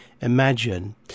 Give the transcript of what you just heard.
Imagine